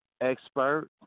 expert